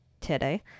Today